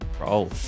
Roll